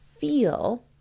feel